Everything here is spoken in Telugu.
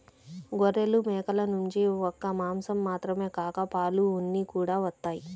గొర్రెలు, మేకల నుంచి ఒక్క మాసం మాత్రమే కాక పాలు, ఉన్ని కూడా వత్తయ్